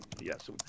Yes